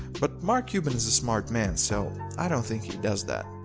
but mark cuban is a smart man so i don't think he does that.